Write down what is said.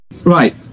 Right